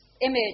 image